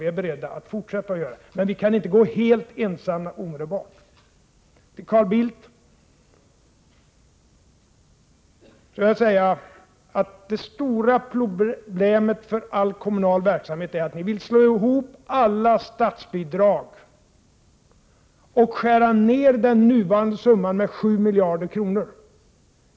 Vi är beredda att fortsätta att göra det, men vi kan inte gå helt ensamma omedelbart. Till Carl Bildt vill jag säga att det stora problemet för all kommunal verksamhet är att ni vill slå ihop alla statsbidrag och skära ned den nuvarande summan med 7 miljarder kronor.